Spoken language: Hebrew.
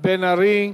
מיכאל בן-ארי.